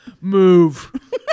Move